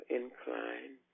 incline